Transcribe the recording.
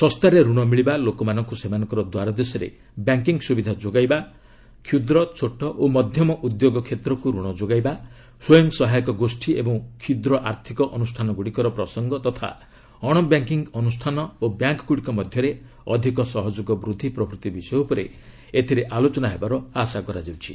ଶସ୍ତାରେ ଋଣ ମିଳିବା ଲୋକମାନଙ୍କୁ ସେମାନଙ୍କ ଦ୍ୱାରଦେଶରେ ବ୍ୟାଙ୍କିଂ ସୁବିଧା ଯୋଗାଇବା କ୍ଷୁଦ୍ର ଛୋଟ ଓ ମଧ୍ୟମ ଉଦ୍ୟୋଗ କ୍ଷେତ୍ରକୁ ଋଣ ଯୋଗାଇବା ସ୍ୱୟଂସହାୟକ ଗୋଷ୍ଠୀ ଓ କ୍ଷୁଦ୍ର ଆର୍ଥିକ ଅନୁଷ୍ଠାନ ଗୁଡ଼ିକର ପ୍ରସଙ୍ଗ ତଥା ଅଣବ୍ୟାଙ୍କିଂ ଅନୁଷ୍ଠାନ ଓ ବ୍ୟାଙ୍କଗୁଡ଼ିକ ମଧ୍ୟରେ ଅଧିକ ସହଯୋଗ ପ୍ରଭୂତି ବିଷୟ ଉପରେ ଏଥିରେ ଆଲୋଚନା ହେବାର ଆଶା କରାଯାଉଛି